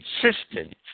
consistent